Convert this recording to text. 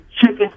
Chicken